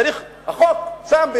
צריך החוק שם,